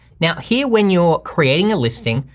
now here when you're creating a listing,